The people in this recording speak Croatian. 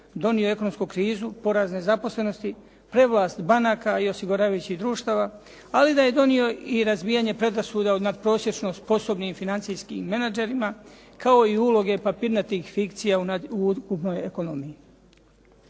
donio ekonomsku krizu, porast nezaposlenosti, prevlast banaka i osiguravajućih društava, ali da je donio i razvijanje predrasuda od natprosječno sposobnih financijskim menagerima, kao i uloge papirnatih fikcija u ukupnoj ekonomiji.